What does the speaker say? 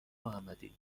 محمدی